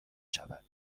شود